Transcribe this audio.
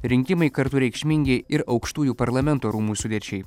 rinkimai kartu reikšmingi ir aukštųjų parlamento rūmų sudėčiai